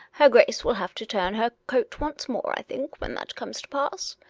her grace will have to turn her coat once more, i think, when that comes to pass.